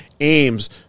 aims